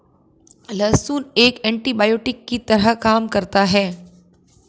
लहसुन एक एन्टीबायोटिक की तरह काम करता है